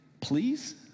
please